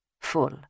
full